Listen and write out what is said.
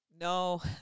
No